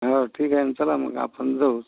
हो ठीके ना चला मग आपन जाऊच